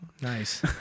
Nice